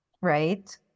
right